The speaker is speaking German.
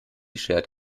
shared